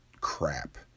crap